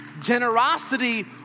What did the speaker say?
Generosity